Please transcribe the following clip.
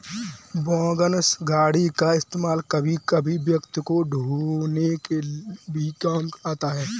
wagon गाड़ी का इस्तेमाल कभी कभी व्यक्ति को ढ़ोने के लिए भी काम आता है